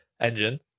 engine